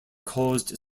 caused